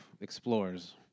explores